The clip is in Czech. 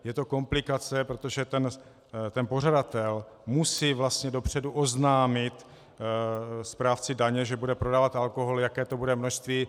Je to komplikace, protože ten pořadatel musí dopředu oznámit správci daně, že bude prodávat alkohol, jaké to bude množství.